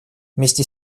вместе